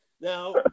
now